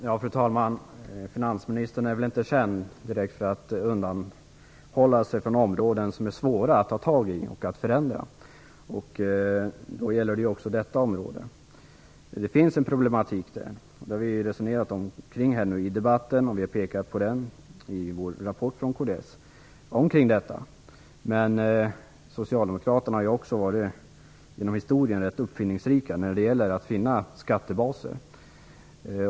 Fru talman! Finansministern är väl inte direkt känd för att avhålla sig från områden som är svåra att ta itu med och att förändra. Det gäller också för detta område. Det finns en problematik kring detta som vi har resonerat om här i debatten och som vi har pekat på i rapporten från kds. Men socialdemokraterna har ju genom historien visat sig vara ganska uppfinningsrika när det gäller att finna skattebaser.